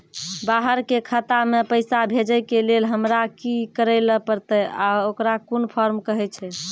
बाहर के खाता मे पैसा भेजै के लेल हमरा की करै ला परतै आ ओकरा कुन फॉर्म कहैय छै?